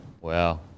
Wow